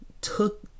took